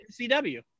CW